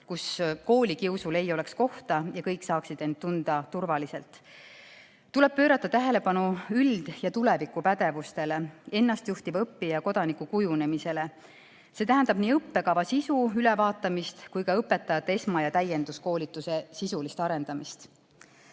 kus koolikiusul ei oleks kohta ja kõik saaksid end tunda turvaliselt. Tuleb pöörata tähelepanu üld‑ ja tulevikupädevustele, ennastjuhtiva õppija ja kodaniku kujunemisele. See tähendab nii õppekava sisu ülevaatamist kui ka õpetajate esma‑ ja täienduskoolituse sisulist arendamist.